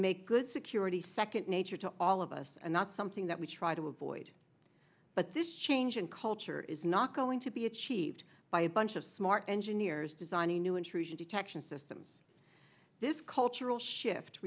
make good security second nature to all of us and not something that we try to avoid but this change in culture is not going to be achieved by a bunch of smart engineers designing new intrusion detection systems this cultural shift